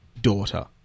daughter